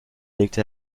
legte